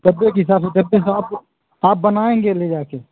डब्बे के हिसाब से डब्बे से आप आप बनाएँगे ले जाके